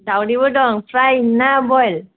दावदैबो दं फ्राइ ना बयेल